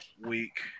week